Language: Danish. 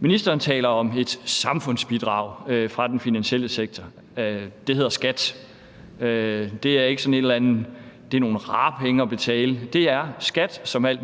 Ministeren taler om et samfundsbidrag fra den finansielle sektor, det hedder skat, og det er ikke sådan et eller andet med, at det er nogle rare penge at betale, det er skat, som regeringen ligesom alt